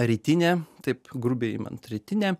rytinė taip grubiai imant rytinė